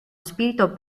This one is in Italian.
spirito